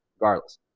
regardless